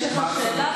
יש לך שאלה,